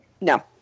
No